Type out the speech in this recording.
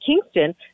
kingston